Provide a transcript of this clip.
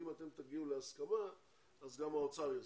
אם אתם תגיעו להסכמה אז גם האוצר יסכים,